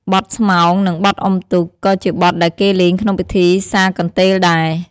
បទស្មោង និងបទអ៊ុំទូក ក៏ជាបទដែលគេលេងក្នុងពិធីសាកន្ទេលដែរ។